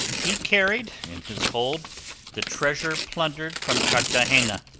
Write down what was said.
he carried in his hold the treasure plundered from cartagena,